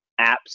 apps